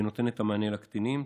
נותנת את המענה לקטינים.